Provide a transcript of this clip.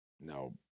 no